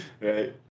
right